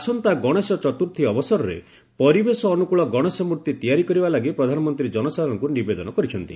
ଆସନ୍ତା ଗଣେଶ ଚତୁର୍ଥୀ ଅବସରରେ ପରିବେଶ ଅନୁକୂଳ ଗଶେଶ ମୂର୍ତ୍ତି ତିଆରି କରିବା ଲାଗି ପ୍ରଧାନମନ୍ତ୍ରୀ ଜନସାଧାରଣଙ୍କୁ ନିବେଦନ କରିଛନ୍ତି